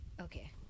okay